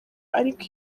ariko